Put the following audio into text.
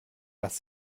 dass